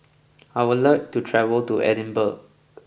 I would love to travel to Edinburgh